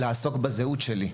לעסוק בזהות שלי.